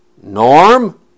Norm